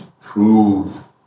prove